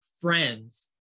friends